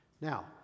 Now